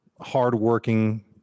hardworking